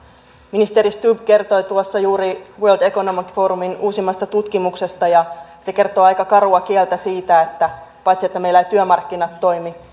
ministeri stubb kertoi tuossa juuri world economic forumin uusimmasta tutkimuksesta ja se kertoo aika karua kieltä siitä että paitsi että meillä eivät työmarkkinat toimi niin